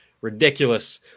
ridiculous